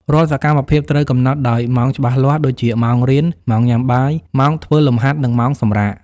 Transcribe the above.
រាល់សកម្មភាពត្រូវកំណត់ដោយម៉ោងច្បាស់លាស់ ដូចជា ម៉ោងរៀន ម៉ោងញ៉ាំបាយ ម៉ោងធ្វើលំហាត់ និងម៉ោងសម្រាក។